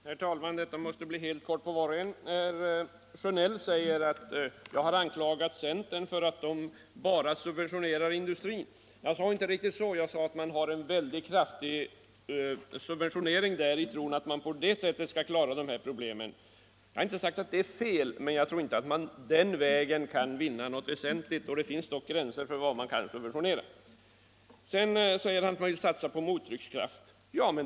Herr talman! Detta måste bli helt korta bemötanden av var och en. Herr Sjönell säger att jag har anklagat centern för att bara subventionera industrin. Jag sade inte riktigt så. Jag sade att ni vill ge en mycket kraftig subventionering till industrin i tron att det går att på det sättet klara de här problemen. Jag har inte sagt att det är fel, men jag tror inte att man den vägen kan vinna något väsentligt — och det finns dock gränser för vad man kan subventionera. Sedan säger han att vi skall satsa på mottryckskraft.